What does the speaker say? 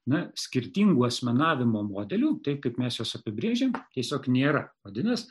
na skirtingų asmenavimo modelių taip kaip mes juos apibrėžiame tiesiog nėra vadinas